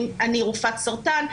אני רופאת סרטן,